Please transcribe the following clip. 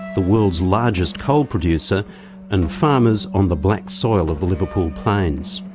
the world's largest coal producer and farmers on the black soil of the liverpool plains.